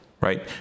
right